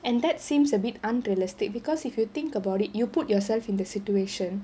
and that seems a bit unrealistic because if you think about it you put yourself in the situation